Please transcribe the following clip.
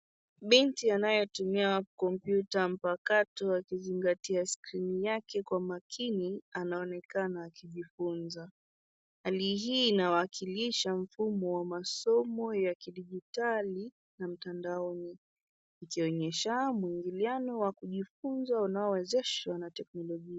Binti anayetumia kompyuta mpakato akizingatia skrini yake kwa makini anaonekana akijikunja. Hali hii inawakilisha mfumo wa masomo ya kidijitali na mtandaoni. Ikionyesha, mwingiliano wa kujifunza unaowezeshwa na teknolojia.